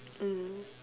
mm